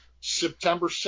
September